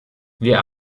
wir